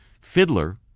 fiddler